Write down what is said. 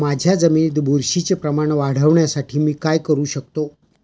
माझ्या जमिनीत बुरशीचे प्रमाण वाढवण्यासाठी मी काय करू शकतो?